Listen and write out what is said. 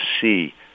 see